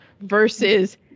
versus